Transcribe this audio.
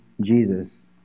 Jesus